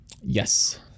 Yes